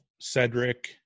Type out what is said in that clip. Cedric